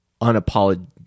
unapologetic